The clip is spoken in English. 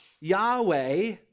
Yahweh